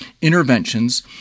interventions